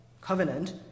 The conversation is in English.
covenant